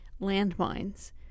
landmines